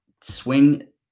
swing